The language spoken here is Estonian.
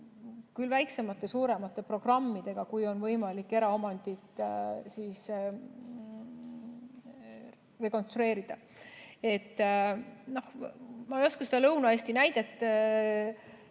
väiksemate või suuremate programmidega, kui on võimalik eraomandit rekonstrueerida. Ma ei oska seda Lõuna-Eesti näidet